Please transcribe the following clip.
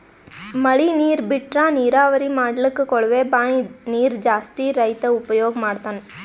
ಮಳಿ ನೀರ್ ಬಿಟ್ರಾ ನೀರಾವರಿ ಮಾಡ್ಲಕ್ಕ್ ಕೊಳವೆ ಬಾಂಯ್ ನೀರ್ ಜಾಸ್ತಿ ರೈತಾ ಉಪಯೋಗ್ ಮಾಡ್ತಾನಾ